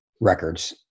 records